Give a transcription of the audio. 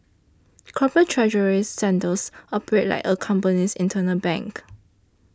corporate treasury centres operate like a company's internal bank